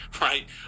right